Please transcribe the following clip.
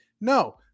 No